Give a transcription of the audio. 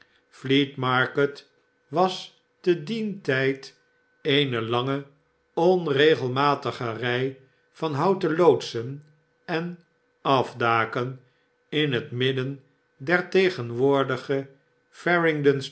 fleet market was te dien tijd eene lange onregelmatige rij van houten loodsen en afdaken in het midden der tegenwoordige